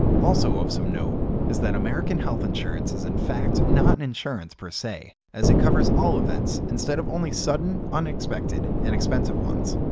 also of some note is that american health insurance is in fact not an insurance per se, as it covers all events instead of only sudden, unexpected and expensive ones.